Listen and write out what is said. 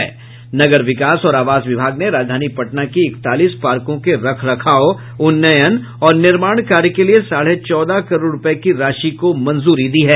नगर विकास और आवास विभाग ने राजधानी पटना के इकतालीस पार्को के रखरखाव उन्नयन और निर्माण कार्य के लिए साढ़े चौदह करोड़ रूपये की राशि को मंजूरी दी है